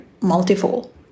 multiple